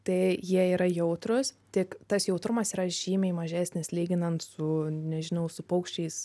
tai jie yra jautrūs tik tas jautrumas yra žymiai mažesnis lyginant su nežinau su paukščiais